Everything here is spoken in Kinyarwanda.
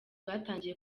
batangiye